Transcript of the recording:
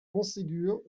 montségur